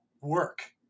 work